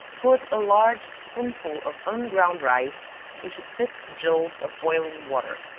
put a large spoonful of unground rice into six gills of boiling water,